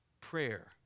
Prayer